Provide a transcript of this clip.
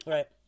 Right